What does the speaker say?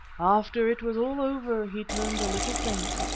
after it was all over he turned a little faint,